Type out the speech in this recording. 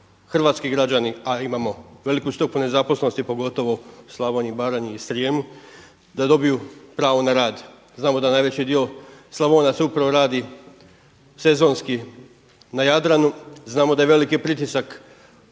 hrvatski građani, a imamo veliku stopu nezaposlenosti pogotovo u Slavoniji, Baranji i Srijemu da dobiju pravo na rad. Znamo da najveći dio Slavonaca upravo radi sezonski na Jadranu. Znamo da je veliki pritisak